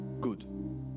Good